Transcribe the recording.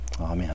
amen